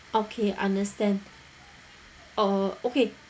okay understand orh okay